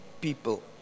people